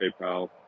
PayPal